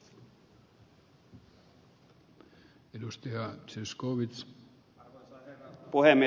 arvoisa herra puhemies